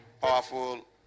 powerful